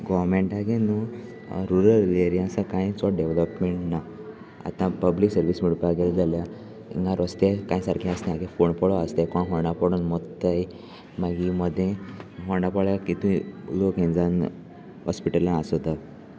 गोवर्मेंटाके न्हू रुरल एरयासा कांय चोड डेवलोपमेंट ना आतां पब्लीक सर्वीस म्हणपाक गेले जाल्यार हिंगा रस्ते कांय सारकें आसना फोंड पडून आसा ते कोय फोंड पडोन मरताय मागीर मदें फोंडा पोड्याक इतू लोक हें जावान हॉस्पिटलांत आसता